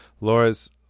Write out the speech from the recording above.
Laura's